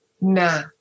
nah